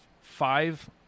five